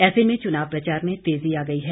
ऐसे में चुनाव प्रचार में तेजी आ गई है